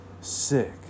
sick